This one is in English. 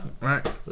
right